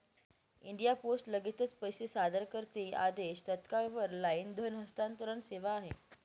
India Post लगेचच पैसे सादर करते आदेश, तात्काळ वर लाईन धन हस्तांतरण सेवा आहे